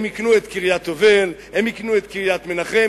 הם יקנו את קריית-יובל ואת קריית-מנחם,